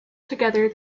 together